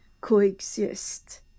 coexist